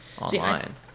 Online